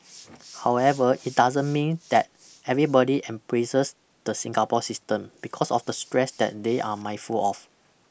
however it doesn't mean that everybody embraces the Singapore system because of the stress that they are mindful of